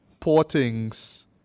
Portings